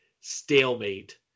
stalemate